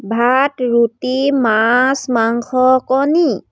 ভাত ৰুটি মাছ মাংস কণী